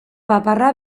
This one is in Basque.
paparra